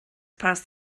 passed